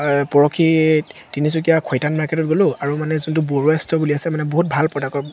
পৰহি তিনিচুকীয়াৰ খৈতান মাৰ্কেটত গ'লোঁ আৰু মানে যোনটো বৰুৱা ষ্ট'ৰ বুলি আছে মানে বহুত ভাল প্ৰডাক্ট